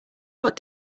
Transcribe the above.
watt